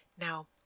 Now